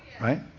Right